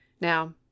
now